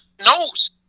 nose